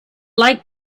like